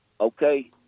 okay